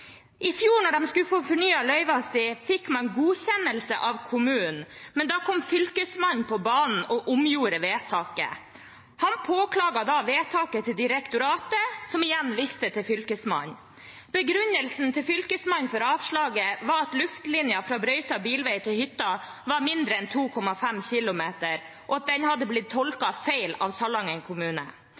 I fjor, da de skulle få fornyet løyvene sine, fikk man godkjennelse av kommunen, men da kom Fylkesmannen på banen og omgjorde vedtaket. Man påklaget vedtaket til direktoratet, som igjen viste til Fylkesmannen. Fylkesmannens begrunnelse for avslaget var at luftlinjen fra brøytet bilvei til hytta var mindre enn 2,5 km, og at forskriften hadde blitt tolket feil av Salangen kommune.